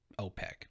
OPEC